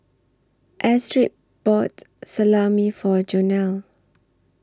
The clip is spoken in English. Astrid bought Salami For Jonell